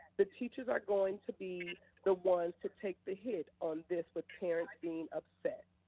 the teachers are going to be the ones to take the hit on this with parents being upset.